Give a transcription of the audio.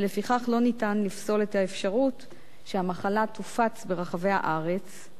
ולפיכך לא ניתן לפסול את האפשרות שהמחלה תופץ ברחבי הארץ,